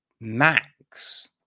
Max